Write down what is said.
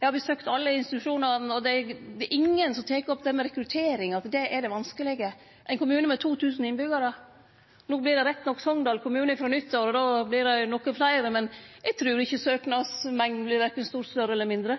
Eg har besøkt alle institusjonane, og det er ingen som tek opp det med rekruttering, at det er det vanskelege – i ein kommune med 2 000 innbyggjarar. No vert det rett nok Sogndal kommune frå nyttår, og då vert det nokre fleire, men eg trur ikkje søknadsmengda vert verken stort større eller mindre.